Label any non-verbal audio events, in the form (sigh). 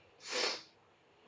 (noise)